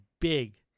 big